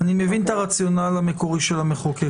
אני מבין את הרציונל המקורי של המחוקק.